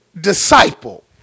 disciple